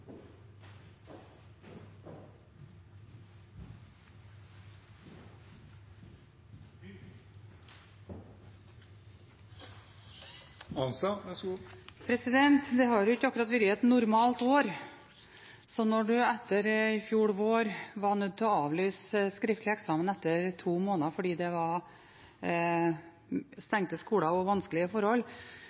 har ikke akkurat vært et normalt år, så når en etter i fjor vår var nødt til å avlyse skriftlig eksamen etter to måneder fordi det var stengte skoler og vanskelige forhold,